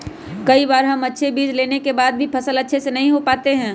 कई बार हम अच्छे बीज लेने के बाद भी फसल अच्छे से नहीं हो पाते हैं?